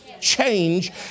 change